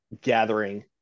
gathering